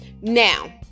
Now